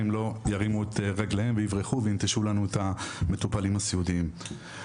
לא ירימו את רגליהם ויברחו ויינטשו לנו את המטופלים הסיעודיים.